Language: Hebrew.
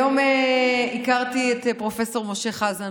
היום הכרתי את פרופ' משה חזן.